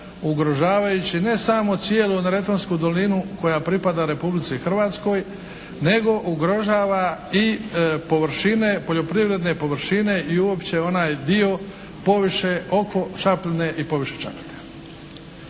ugrožavajući ne samo cijelu Neretvansku dolinu koja pripada Republici Hrvatskoj, nego ugrožava i površine, poljoprivredne površine i uopće onaj dio poviše oko Čapljine i poviše Čapljine.